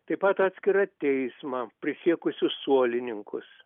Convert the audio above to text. taip pat atskirą teismą prisiekusius suolininkus